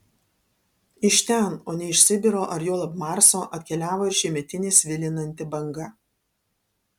iš ten o ne iš sibiro ar juolab marso atkeliavo ir šiemetinė svilinanti banga